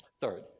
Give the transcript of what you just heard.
Third